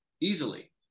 easily